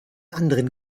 anderen